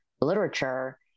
literature